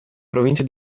provincia